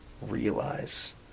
realize